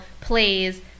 plays